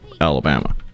Alabama